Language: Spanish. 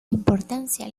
importancia